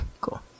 cool